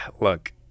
look